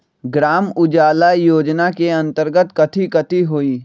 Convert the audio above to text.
ग्राम उजाला योजना के अंतर्गत कथी कथी होई?